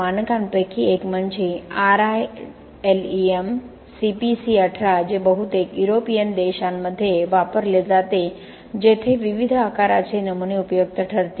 मानकांपैकी एक म्हणजे RILEM CPC 18 जे बहुतेक युरोपियन देशांमध्ये वापरले जाते जेथे विविध आकाराचे नमुने उपयुक्त ठरतील